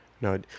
No